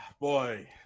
boy